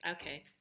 Okay